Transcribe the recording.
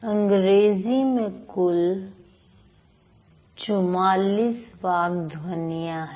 अंग्रेजी में कुल ४४ वाक् ध्वनियां हैं